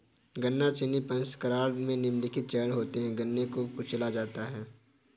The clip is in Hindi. गन्ना चीनी प्रसंस्करण में निम्नलिखित चरण होते है गन्ने को कुचला जाता है